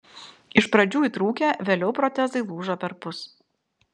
iš pradžių įtrūkę vėliau protezai lūžo perpus